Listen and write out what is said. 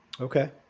Okay